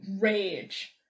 rage